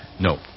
No